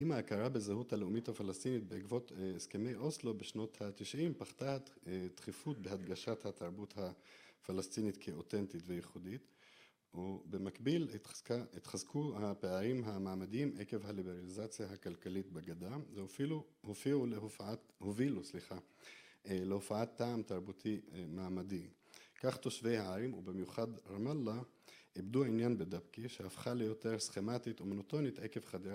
עם ההכרה בזהות הלאומית הפלסטינית בעקבות הסכמי אוסלו בשנות התשעים פחתה הדחיפות בהדגשת התרבות הפלסטינית כאותנטית וייחודית ובמקביל התחזקו הפערים המעמדיים עקב הליברליזציה הכלכלית בגדה ואפילו הופיעו להופעת הובילו סליחה להופעת טעם תרבותי מעמדי כך תושבי הערים ובמיוחד רמאללה אבדו העניין בדרכי שהפכה ליותר סכמטית ומנוטונית עקב חדרה